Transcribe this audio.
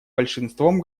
большинством